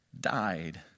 died